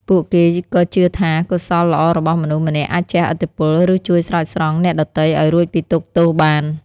ពួកគេក៏ជឿថា កុសលល្អរបស់មនុស្សម្នាក់អាចជះឥទ្ធិពល ឬជួយស្រោចស្រង់អ្នកដទៃឱ្យរួចពីទុក្ខទោសបាន។